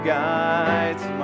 guides